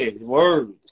word